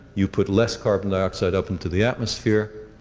you'd put less carbon dioxide up into the atmosphere.